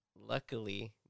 luckily